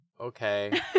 Okay